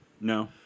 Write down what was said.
No